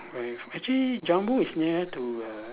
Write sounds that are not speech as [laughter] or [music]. [noise] actually Jumbo is near to err